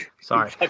sorry